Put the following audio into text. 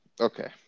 Okay